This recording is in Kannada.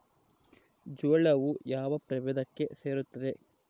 ಜೋಳವು ಯಾವ ಪ್ರಭೇದಕ್ಕೆ ಸೇರುತ್ತದೆ?